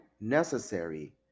necessary